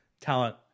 talent